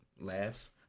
laughs